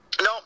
No